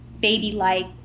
baby-like